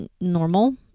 normal